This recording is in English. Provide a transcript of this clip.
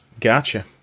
gotcha